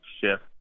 shift